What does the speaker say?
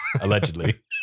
Allegedly